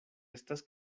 estas